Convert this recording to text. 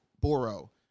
Boro